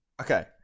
Okay